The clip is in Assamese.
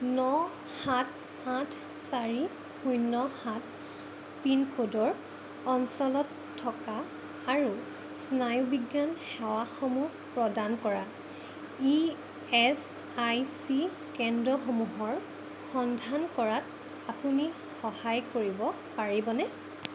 ন সাত আঠ চাৰি শূন্য সাত পিনক'ডৰ অঞ্চলত থকা আৰু স্নায়ুবিজ্ঞান সেৱাসমূহ প্ৰদান কৰা ই এছ আই চি কেন্দ্ৰসমূহৰ সন্ধান কৰাত আপুনি সহায় কৰিব পাৰিবনে